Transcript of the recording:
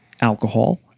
alcohol